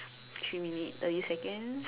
three minute thirty second